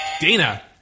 Dana